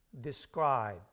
describe